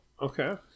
okay